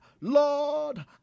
Lord